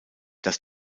dass